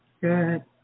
good